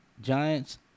Giants